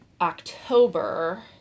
October